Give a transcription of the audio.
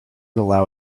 allow